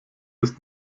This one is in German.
ist